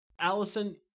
Allison